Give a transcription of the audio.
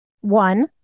One